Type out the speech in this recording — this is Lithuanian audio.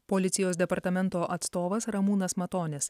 policijos departamento atstovas ramūnas matonis